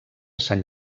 sant